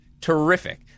Terrific